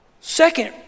Second